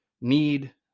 need